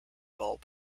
bulb